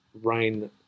rain